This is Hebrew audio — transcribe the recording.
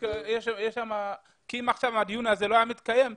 אם הדיון הזה לא היה מתקיים עכשיו,